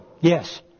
yes